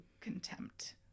contempt